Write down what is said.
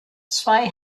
zwei